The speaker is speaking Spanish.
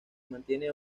mantiene